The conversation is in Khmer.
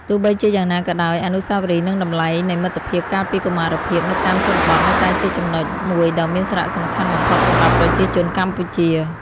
ទោះបីជាយ៉ាងណាក៏ដោយ អនុស្សាវរីយ៍និងតម្លៃនៃមិត្តភាពកាលពីកុមារភាពនៅតាមជនបទនៅតែជាចំណុចមួយដ៏មានសារៈសំខាន់បំផុតសម្រាប់ប្រជាជនកម្ពុជា។